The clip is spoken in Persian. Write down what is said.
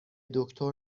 دکتر